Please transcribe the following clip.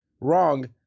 wrong